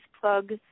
plug